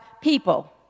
people